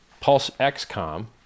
PulseX.com